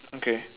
okay